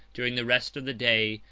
during the rest of the day,